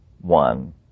one